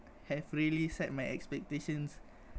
have really set my expectations